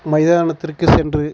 மைதானத்திற்கு சென்று